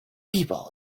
people